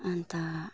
अन्त